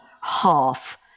Half